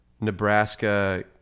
Nebraska